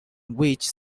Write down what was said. which